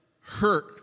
hurt